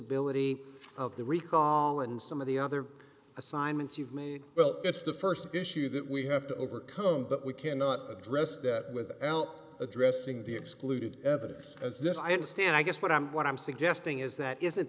bility of the recall and some of the other assignments you've made well it's the st issue that we have to overcome but we cannot address that with al addressing the excluded evidence as i understand i guess what i'm what i'm suggesting is that is